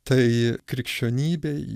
tai krikščionybei